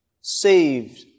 saved